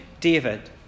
David